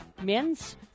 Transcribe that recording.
men's